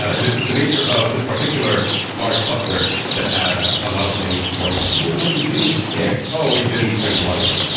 it is just the nature of this particular large cluster that had a lot of things going on. what did you do there? oh, we didn't print the logline.